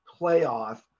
playoff